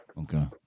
Okay